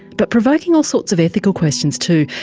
but provoking all sorts of ethical questions too,